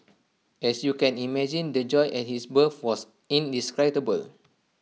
as you can imagine the joy at his birth was indescribable